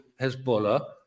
Hezbollah